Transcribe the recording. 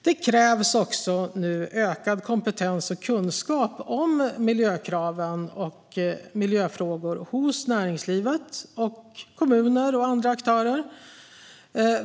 Det krävs nu ökad kompetens och kunskap om miljökraven och miljöfrågor hos näringslivet, kommuner och andra aktörer.